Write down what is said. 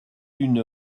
d’une